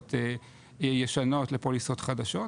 מפוליסות ישנות לפוליסות חדשות,